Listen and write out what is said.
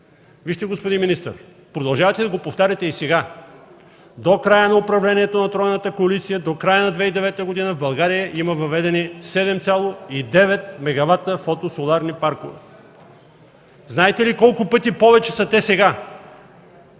Господин министър, продължавате да го повтаряте и сега. До края на управлението на тройната коалиция, до края на 2009 г. в България има въведени 7,9 мегавата фото-соларни паркове. Знаете ли колко пъти повече са те сега?